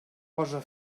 posa